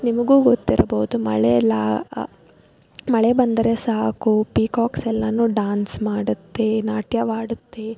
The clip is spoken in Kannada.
ನಿಮಗೂ ಗೊತ್ತಿರ್ಬೋದು ಮಳೆಯಲ್ಲಿ ಆ ಮಳೆ ಬಂದರೆ ಸಾಕು ಪೀಕಾಕ್ಸ್ ಎಲ್ಲ ಡಾನ್ಸ್ ಮಾಡುತ್ತೆ ನಾಟ್ಯವಾಡುತ್ತೆ